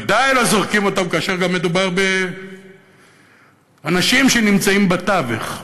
בוודאי לא זורקים אותם כאשר גם מדובר באנשים שנמצאים בתווך.